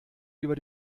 über